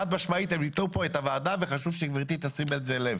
חד משמעית הם הטעו פה את הוועדה וחשוב שגבירתי תשים לכך לב.